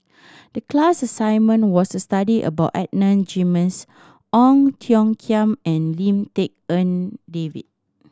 the class assignment was to study about Adan Jimenez Ong Tiong Khiam and Lim Tik En David